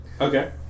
Okay